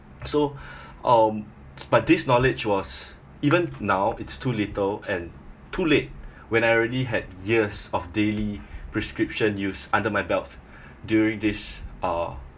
so um but this knowledge was even now it's too little and too late when I already had years of daily prescription used under my belt during this uh